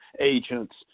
agents